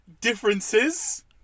differences